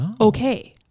okay